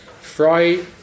Fry